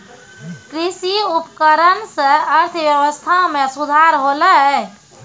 कृषि उपकरण सें अर्थव्यवस्था में सुधार होलय